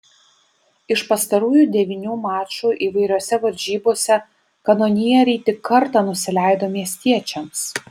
iš pastarųjų devynių mačų įvairiose varžybose kanonieriai tik kartą nusileido miestiečiams